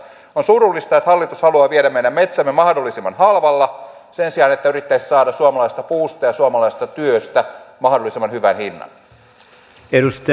on surullista että hallitus haluaa viedä meidän metsämme mahdollisimman halvalla sen sijaan että yrittäisi saada suomalaisesta puusta ja suomalaisesta työstä mahdollisimman hyvän hinnan